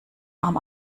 arm